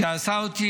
שעשה אותי